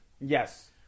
yes